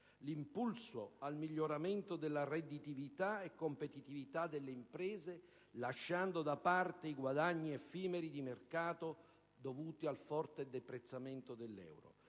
l'impulso al miglioramento della redditività e competitività delle imprese, lasciando da parte i guadagni effimeri di mercato dovuti al forte deprezzamento dell'euro.